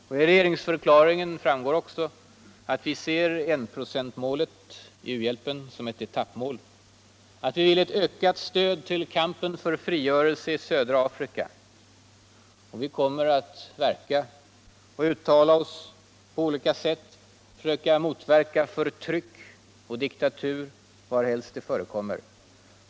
Av regeringsförklaringen framgår också att vi ser enprocentsmålet som eu etappmål. att vi vill ha ett ökat stöd till kampen för frigörelse i södra Afrika. Vi kommer att verka och uttala oss på olika sätt för att försöka motverka förtryck och diktatur varhelst det förekommer.